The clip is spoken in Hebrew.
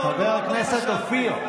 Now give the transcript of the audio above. איך אתה עושה צחוק עם בל"ד,